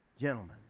Gentlemen